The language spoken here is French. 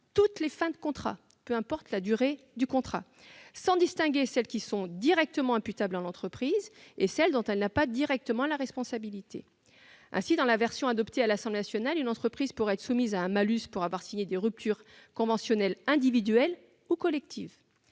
toutes les fins de contrats, quelle que soit leur durée, sans distinguer celles qui sont directement imputables à l'entreprise et celles dont elle n'a pas directement la responsabilité. Ainsi, dans la version adoptée à l'Assemblée nationale, une entreprise pourrait être soumise à un malus pour avoir signé des ruptures conventionnelles individuelles ou collectives,